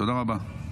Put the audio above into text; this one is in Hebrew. תודה רבה.